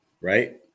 right